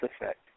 Effect